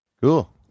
Cool